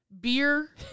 Beer